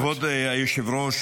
כבוד היושב-ראש,